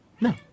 No